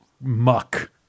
muck